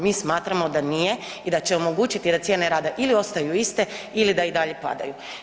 Mi smatramo da nije i da će omogućiti i da cijene rada ili ostaju iste ili da i dalje padaju.